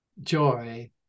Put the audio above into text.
joy